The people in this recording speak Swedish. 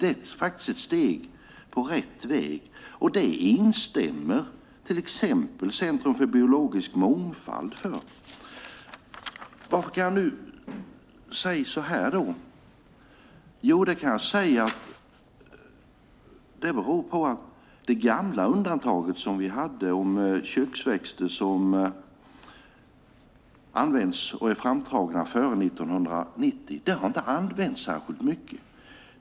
Det är faktiskt ett steg i rätt riktning. Det instämmer till exempel Centrum för biologisk mångfald i. Så kan jag säga eftersom det gamla undantaget som vi hade om köksväxter som är framtagna före 1990 inte har använts särskilt mycket.